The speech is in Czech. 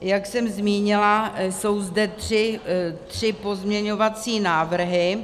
Jak jsem zmínila, jsou zde tři pozměňovací návrhy.